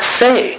say